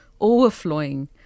Overflowing